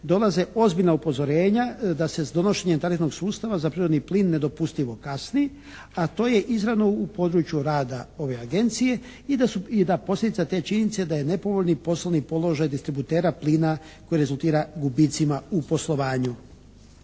dolaze ozbiljna upozorenja da se s donošenjem tarifnog sustava za prirodni plin nedopustivo kasni, a to je izravno u području rada ove agencije i da posljedica te činjenice da je nepovoljni poslovni položaj distributera plina koji rezultira gubicima u poslovanju.